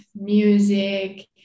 music